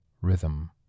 rhythm